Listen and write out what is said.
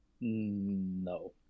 No